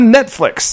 Netflix